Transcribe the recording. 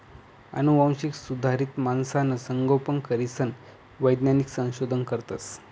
आनुवांशिक सुधारित मासासनं संगोपन करीसन वैज्ञानिक संशोधन करतस